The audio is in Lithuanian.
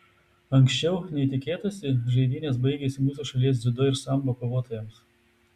anksčiau nei tikėtasi žaidynės baigėsi mūsų šalies dziudo ir sambo kovotojams